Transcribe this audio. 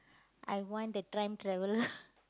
I want the time travel